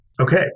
Okay